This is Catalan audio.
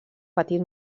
petit